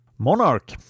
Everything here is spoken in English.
monarch